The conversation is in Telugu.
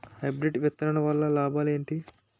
హైబ్రిడ్ విత్తనాలు వల్ల లాభాలు ఏంటి?